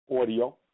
audio